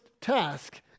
task